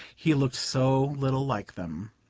he looked so little like them.